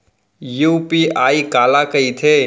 UPI काला कहिथे?